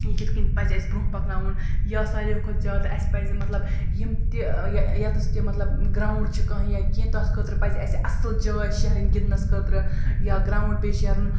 یِتھ کٔنۍ پَزِ اَسہِ برونٛہہ پَکناوُن یا ساروی کھۄتہٕ زیادٕ اَسہِ پَزِ مطلب یِم تہِ یَتَس تہِ مطلب گراوُنٛڈ چھِ کانٛہہ یا کینٛہہ تَتھ خٲطرٕ پَزِ اَسہِ اَصٕل جاے شہرٕنۍ گِنٛدنَس خٲطرٕ یا گرٛاوُنٛڈ پیٚیہِ شہرُن